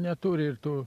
neturi ir tų